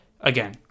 again